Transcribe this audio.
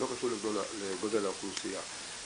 לא קשור לגודל האוכלוסייה.